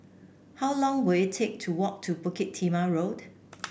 how long will it take to walk to Bukit Timah Road